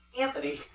Anthony